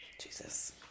Jesus